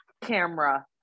camera